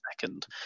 second